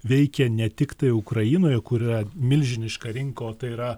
veikia ne tiktai ukrainoje kur yra milžiniška rinka o tai yra